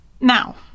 Now